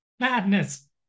Madness